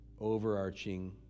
overarching